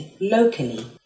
locally